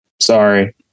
sorry